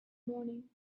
morning